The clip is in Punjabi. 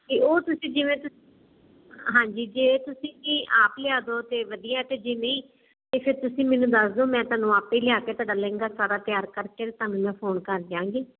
ਤੇ ਉਹ ਤੁਸੀਂ ਜਿਵੇਂ ਹਾਂਜੀ ਜੇ ਤੁਸੀਂ ਕੀ ਆਪ ਲਿਆ ਦੋ ਤੇ ਵਧੀਆ ਤੇ ਜੇ ਨਹੀਂ ਤੇ ਫਿਰ ਤੁਸੀਂ ਮੈਨੂੰ ਦੱਸ ਦੋ ਮੈਂ ਤੁਹਾਨੂੰ ਆਪੇ ਹੀ ਲਿਆ ਕੇ ਤੁਹਾਡਾ ਲਹਿੰਗਾ ਸਾਰਾ ਤਿਆਰ ਕਰਕੇ ਤੁਹਾਨੂੰ ਮੈਂ ਫੋਨ ਕਰ ਦਿਆਂਗੀ